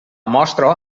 mostra